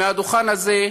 מהדוכן הזה,